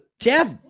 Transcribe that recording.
Jeff